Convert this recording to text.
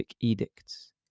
edicts